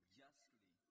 justly